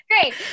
great